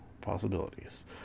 possibilities